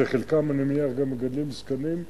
שחלקם, אני מניח, גם מגדלים זקנים,